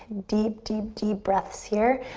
deep, deep, deep breaths here.